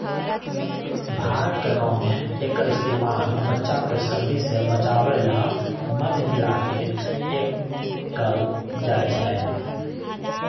भारत के गाँव में एक्कर इस्तेमाल बच्चा के सर्दी से बचावे ला मध मिलाके कएल जाई छई